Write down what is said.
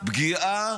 פגיעה